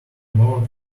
more